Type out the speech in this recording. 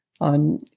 on